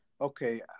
okay